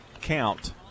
count